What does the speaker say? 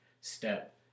step